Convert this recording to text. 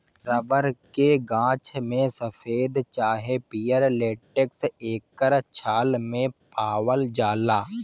rubber के गाछ में सफ़ेद चाहे पियर लेटेक्स एकर छाल मे पावाल जाला